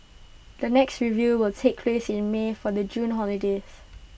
the next review will take place in may for the June holidays